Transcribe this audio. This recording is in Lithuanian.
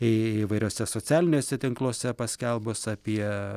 į įvairiuose socialiniuose tinkluose paskelbus apie